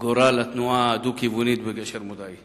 גורל התנועה הדו-כיוונית בגשר מודעי.